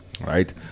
Right